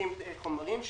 מחלקים חומרים שלהם.